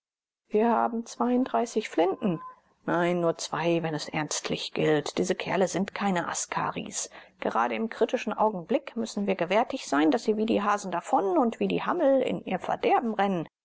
wir haben flinten nein nur zwei wenn es ernstlich gilt diese kerle sind keine askaris gerade im kritischen augenblick müssen wir gewärtig sein daß sie wie die hasen davon und wie die hammel in ihr verderben rennen